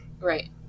Right